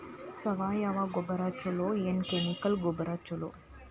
ಸಾವಯವ ಗೊಬ್ಬರ ಛಲೋ ಏನ್ ಕೆಮಿಕಲ್ ಗೊಬ್ಬರ ಛಲೋ?